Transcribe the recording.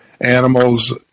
animals